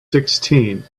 sixteen